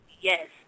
Yes